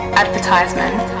advertisement